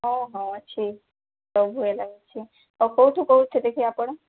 ହଁ ହଁ ଅଛି ସବୁ ହେଲା ଅଛି କେଉଁଠୁ କହୁଥିଲେ କି ଆପଣ